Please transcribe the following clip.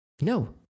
No